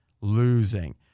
losing